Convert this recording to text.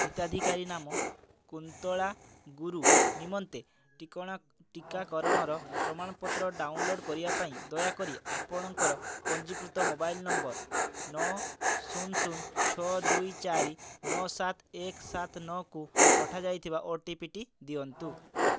ହିତାଧିକାରୀ ନାମ କୁନ୍ତଳା ଗୁରୁ ନିମନ୍ତେ ଟିକଣା ଟିକାକରଣର ପ୍ରମାଣପତ୍ର ଡ଼ାଉନଲୋଡ଼୍ କରିବା ପାଇଁ ଦୟାକରି ଆପଣଙ୍କର ପଞ୍ଜୀକୃତ ମୋବାଇଲ୍ ନମ୍ବର ନଅ ଶୂନ ଶୂନ ଛଅ ଦୁଇ ଚାରି ନଅ ସାତ ଏକ ସାତ ନଅକୁ ପଠାଯାଇଥିବା ଓଟିପିଟି ଦିଅନ୍ତୁ